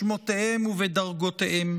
בשמותיהם ובדרגותיהם.